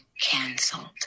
canceled